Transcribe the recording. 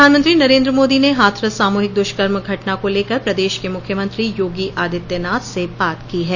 प्रधानमंत्री नरेन्द्र मोदी ने हाथरस सामूहिक दुष्कर्म घटना को लेकर प्रदेश के मुख्यमंत्री योगी आदित्यनाथ से बात की है